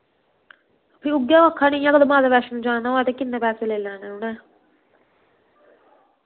फ्ही उऐ आक्खा नी अगर माता वैश्णो जाना होऐ ते किन्ने पैसे लेई लैने उ'न्नै